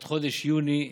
עד חודש יוני 2021,